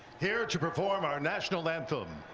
here to perform our national anthem,